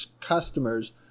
customers